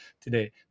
today